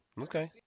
Okay